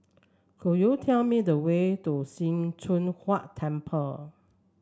could you tell me the way to Sim Choon Huat Temple